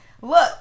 Look